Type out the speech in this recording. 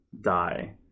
die